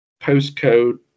postcode